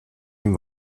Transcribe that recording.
dem